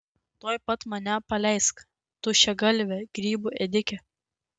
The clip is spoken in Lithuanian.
tuoj pat mane paleisk tuščiagalve grybų ėdike